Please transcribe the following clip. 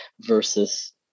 versus